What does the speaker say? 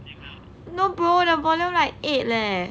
no bro the volume like eight leh